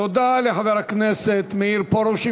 תודה לחבר הכנסת מאיר פרוש.